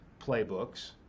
playbooks